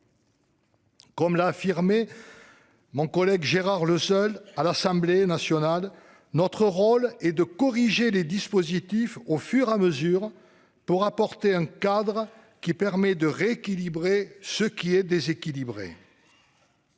Comme l'a affirmé mon collègue député Gérard Leseul, notre rôle est de « corriger les dispositifs au fur et à mesure pour apporter un cadre qui permet de rééquilibrer ce qui est déséquilibré